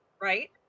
right